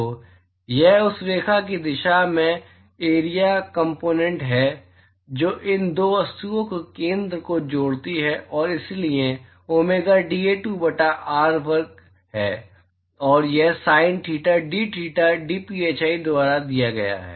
तो यह उस रेखा की दिशा में एरिआ कॉम्पोनेन्ट है जो इन 2 वस्तुओं के केंद्र को जोड़ती है और इसलिए डोमेगा dA2 बटा r वर्ग है और यह sin theta dtheta dphi द्वारा दिया गया है